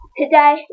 today